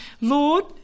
Lord